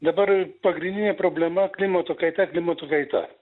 dabar pagrindinė problema klimato kaita klimato kaita